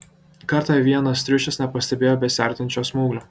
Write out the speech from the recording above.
kartą vienas triušis nepastebėjo besiartinančio smauglio